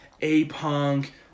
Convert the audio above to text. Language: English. A-Punk